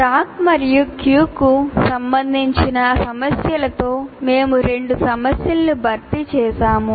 stock మరియు క్యూకు సంబంధించిన సమస్యలతో మేము రెండు సమస్యలను భర్తీ చేసాము